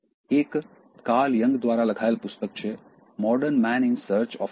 એક Carl Jung દ્વારા લખાયેલ પુસ્તક છે modern man in search of a solve